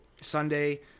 sunday